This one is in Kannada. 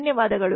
ಧನ್ಯವಾದಗಳು